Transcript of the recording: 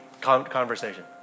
conversation